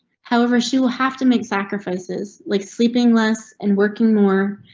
however, she will have to make sacrifices like sleeping less and working more,